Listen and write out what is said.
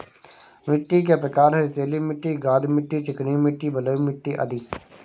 मिट्टी के प्रकार हैं, रेतीली मिट्टी, गाद मिट्टी, चिकनी मिट्टी, बलुई मिट्टी अदि